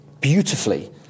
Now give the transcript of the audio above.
beautifully